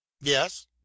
Yes